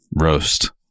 roast